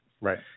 Right